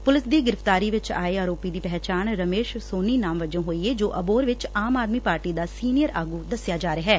police ਦੀ ਗ੍ਰਿਫ਼ਤਾਰ ਵਿੱਚ ਆਏ ਆਰੋਪੀ ਦੀ ਪਹਿਚਾਣ ਰਮੇਸ਼ ਸੋਨੀ ਨਾਮ ਵਜੋ ਹੋਈ ਏ ਜੋ ਅਬੋਹਰ ਵਿਚ ਆਮ ਆਦਮੀ ਪਾਰਟੀ ਦਾ ਸੀਨੀਅਰ ਆਗੁ ਦੱਸਿਆ ਜਾ ਰਿਹੈ